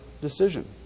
decision